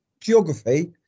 geography